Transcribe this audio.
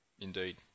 Indeed